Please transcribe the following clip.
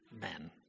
men